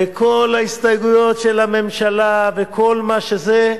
וכל ההסתייגויות של הממשלה וכל מה שזה,